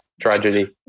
tragedy